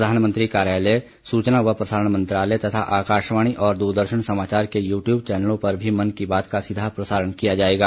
प्रधानमंत्री कार्यालय सूचना और प्रसारण मंत्रालय तथा आकाशवाणी और द्रदर्शन समाचार के यू ट्यूब चैनलों पर भी मन की बात का सीधा प्रसारण किया जाएगा